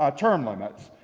ah term limits.